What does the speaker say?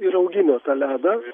ir augino tą ledą